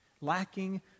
Lacking